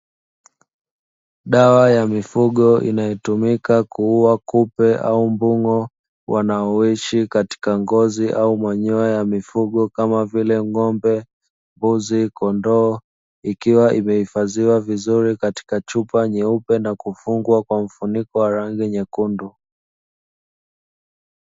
Dawa ya mifugo inayotumika kuua kupe au mbung'o wanaoishi katika ngozi au manyoya ya mifugo kama vile ng'ombe, mbuzi, kondoo ikiwa imehifadhiwa vizuri katika chupa nyeupe na kufungwa kwa mfuniko wa rangi mwekundu.